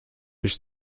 ich